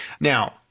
Now